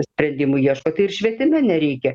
sprendimų ieško tai ir švietime nereikia